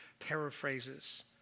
paraphrases